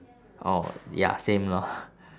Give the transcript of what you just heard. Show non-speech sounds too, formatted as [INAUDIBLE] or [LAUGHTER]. oh ya same lor [BREATH]